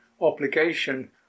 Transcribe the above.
obligation